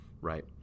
right